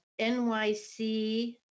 NYC